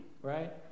Right